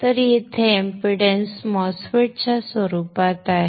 तर येथे impedance MOSFET च्या स्वरूपात आहे